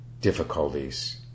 difficulties